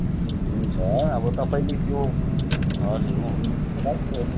हुन् हुन्छ अब तपाईँले त्यो हजुर हुन्छ